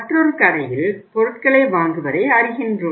மற்றொரு கடையில் பொருட்களை வாங்குவதை அறிகின்றோம்